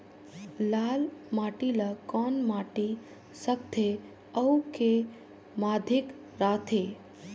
लाल माटी ला कौन माटी सकथे अउ के माधेक राथे?